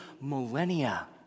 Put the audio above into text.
millennia